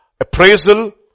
appraisal